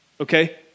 okay